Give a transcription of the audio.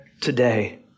today